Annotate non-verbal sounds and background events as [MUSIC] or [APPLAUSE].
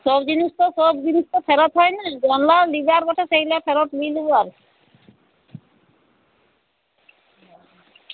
সব জিনিস তো সব জিনিস তো ফেরত হয় না যেগুলো [UNINTELLIGIBLE] বটে সেইগুলা ফেরত নিয়ে নেবো আর কি